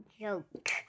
joke